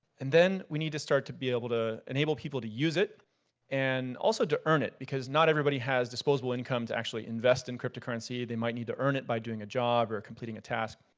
and then we need to start to be able to enable people to use it and also to earn it. because not everybody has disposable income to actually invest in cryptocurrency. they might need to earn it by doing a job or completing a task.